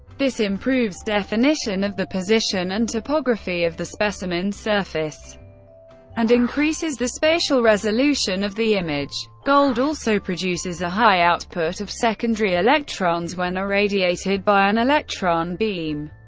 this improves definition of the position and topography of the specimen surface and increases the spatial resolution of the image. gold also produces a high output of secondary electrons when irradiated by an electron beam,